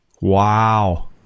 Wow